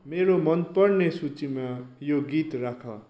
मेरो मनपर्ने सूचिमा यो गीत राख